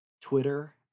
Twitter